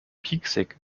pieksig